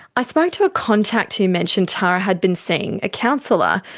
i spoke to a contact who mentioned tara had been seeing a counsellor.